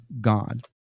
God